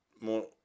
more